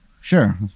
Sure